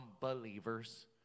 believers